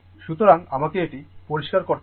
সুতরাং আমাকে এটি পরিষ্কার করতে দিন